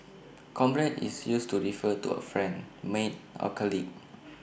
comrade is used to refer to A friend mate or colleague